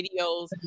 videos